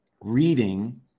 reading